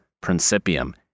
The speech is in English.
Principium